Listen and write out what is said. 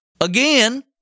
Again